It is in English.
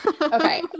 Okay